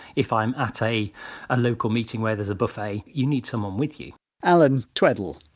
if i'm at a a local meeting where there's a buffet you need someone with you allan tweddle.